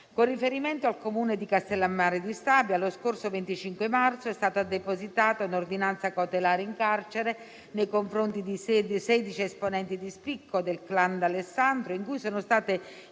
Con riferimento al Comune di Castellammare di Stabia, lo scorso 25 marzo è stata depositata un'ordinanza cautelare in carcere nei confronti di 16 esponenti di spicco del *clan* D'Alessandro, in cui sono state